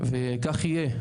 וכך יהיה.